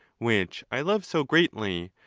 which i love so greatly,